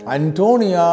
Antonia